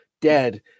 dead